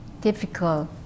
difficult